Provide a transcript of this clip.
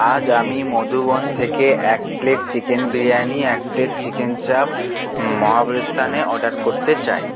আজ আমি মধুবন থেকে এক প্লেট চিকেন বিরিয়ানি এক প্লেট চিকেন চাপ মহাব্রিস্থানে অর্ডার করতে চাই